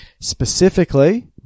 Specifically